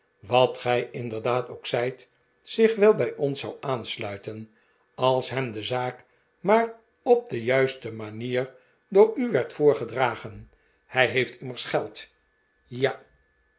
wat gij inderdaad ook zijt zich wel bij ons zou aansluiten als hem de zaak maar op de juiste manier door u werd voorgedragen hij heeft immers geld ja